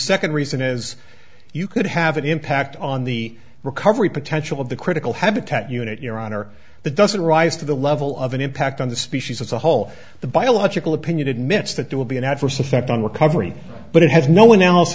second reason is you could have an impact on the recovery potential of the critical habitat unit your honor that doesn't rise to the level of an impact on the species as a whole the biological opinion admits that there will be an adverse effect on recovery but it has no